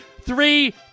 Three